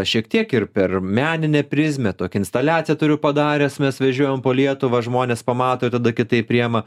šiek tiek ir per meninę prizmę tokią instaliaciją turiu padaręs mes vežiojam po lietuvą žmonės pamato ir tada kitaip priima